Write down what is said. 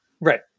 Right